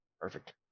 perfect